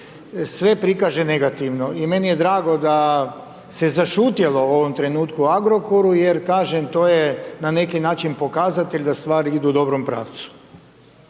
sve prikaže negativno i meni je drago da se zašutjelo u ovom trenutku o Agrokoru, jer kažem, to je na neki način pokazatelj da stvari idu u dobrom pravcu.